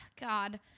God